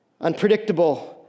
Unpredictable